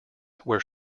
where